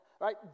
Right